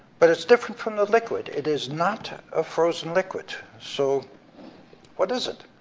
but it's different from the liquid, it is not a frozen liquid, so what is it?